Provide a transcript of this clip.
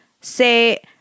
say